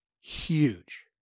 huge